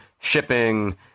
shipping